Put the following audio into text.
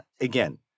again